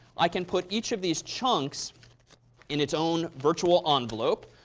i can put each of these chunks in its own virtual envelope.